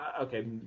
okay